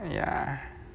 !aiya!